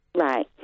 Right